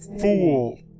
fool